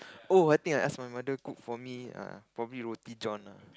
oh I think I ask my mother cook for me err probably Roti John lah